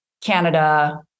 Canada